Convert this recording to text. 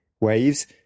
Waves